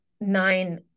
nine